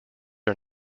are